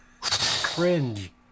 cringe